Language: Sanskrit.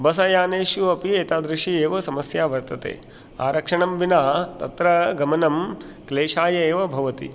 बस्यानेषु अपि एतादृशी एव समस्या वर्तते आरक्षणं विना तत्र गमनं क्लेशाय एव भवति